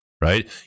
Right